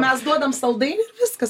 mes duodam saldainį ir viskas